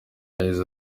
yagize